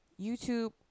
YouTube